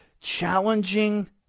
challenging